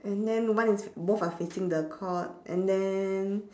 and then one is fac~ both are facing the court and then